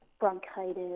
bronchitis